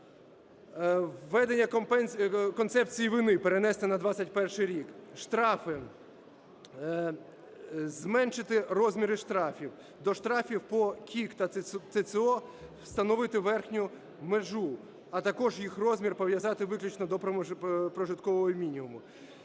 Введення концепції вини перенести на 21-й рік. Штрафи. Зменшити розміри штрафів до штрафів по КІК та ТЦУ встановити верхню межу, а також їх розмір пов'язати виключно до прожиткового мінімуму.